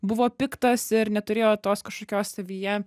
buvo piktas ir neturėjo tos kažkokios savyje